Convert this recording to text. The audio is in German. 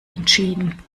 entschieden